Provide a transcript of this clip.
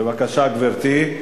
5590,